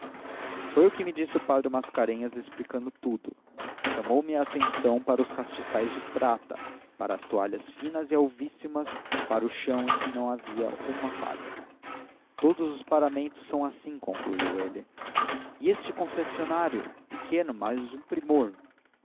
foi o que me disse o padre mascarenhas explicando tudo chamou-me a atenção para os castiçais de prata para as toalhas finas e alvíssimas para o chão em que não havia uma palha todos os paramentos são assim concluiu ele e este confessionário pequeno mas um primor